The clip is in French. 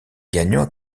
gagnant